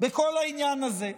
בכל העניין הזה.